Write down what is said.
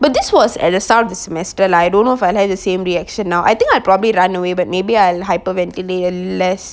but this was at the start of this semester lah I don't know if I had the same reaction now I think I'll probably run away but maybe I'll hyperventilate l~ less